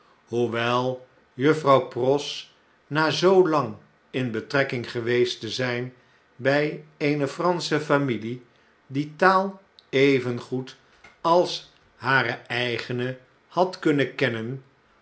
hoewel juffrouw pross na zoo lang in betrekking geweest te zgn bjj eene fransche familie die taal evengoed als hare eigene had kunnen kennen